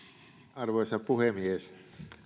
arvoisa puhemies